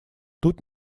тут